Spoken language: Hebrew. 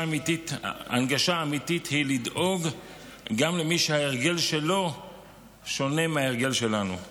הנגשה אמיתית היא לדאוג גם למי שההרגל שלו שונה מההרגל שלנו.